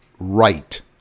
right